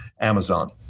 Amazon